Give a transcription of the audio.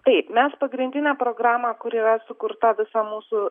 taip mes pagrindinę programą kur yra sukurta visa mūsų